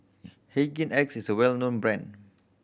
Hygin X is a well known brand